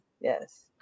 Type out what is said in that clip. Yes